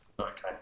Okay